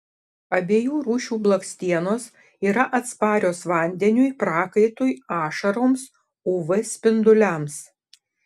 abiejų rūšių blakstienos yra atsparios vandeniui prakaitui ašaroms uv spinduliams